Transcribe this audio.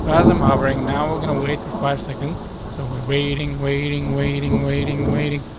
as i'm hovering now, we're gonna wait for five seconds. so we're waiting, waiting, waiting, waiting, waiting.